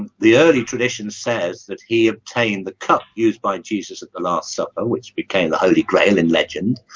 the early tradition says that he obtained the cup used by jesus at the last supper which became the holy grail in legend